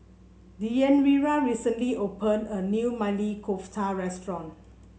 Deyanira recently open a new Maili Kofta Restaurant